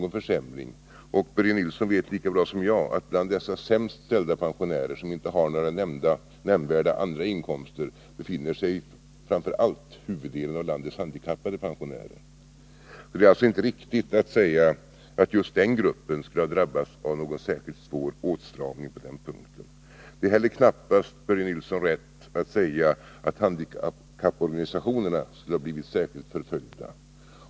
Och Börje Nilsson vet lika bra som jag att bland dessa sämst ställda pensionärer, som inte har några nämnvärda andra inkomster än pensionen, befinner sig framför allt huvuddelen av landets handikappade pensionärer. Det är alltså inte riktigt att säga att just den gruppen skulle ha drabbats av någon särskilt svår åtstramning på denna punkt. Det är heller knappast, Börje Nilsson, rätt att säga att handikapporganisationerna skulle ha blivit särskilt förföljda.